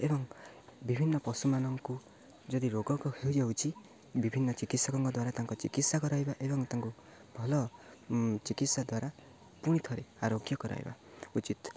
ଏବଂ ବିଭିନ୍ନ ପଶୁମାନଙ୍କୁ ଯଦି ରୋଗକୁ ହେଇଯାଉଛି ବିଭିନ୍ନ ଚିକିତ୍ସକଙ୍କ ଦ୍ୱାରା ତାଙ୍କ ଚିକିତ୍ସା କରାଇବା ଏବଂ ତାଙ୍କୁ ଭଲ ଚିକିତ୍ସା ଦ୍ୱାରା ପୁଣି ଥରେ ଆରୋଗ୍ୟ କରାଇବା ଉଚିତ